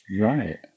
Right